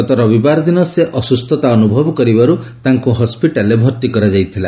ଗତ ରବିବାର ଦିନ ସେ ଅସୁସ୍ଥତା ଅନୁଭବ କରିବାରୁ ତାଙ୍କୁ ହସ୍କିଟାଲ୍ରେ ଭର୍ତ୍ତି କରାଯାଇଥିଲା